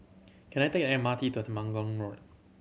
can I take the M R T to Temenggong Road